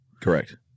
Correct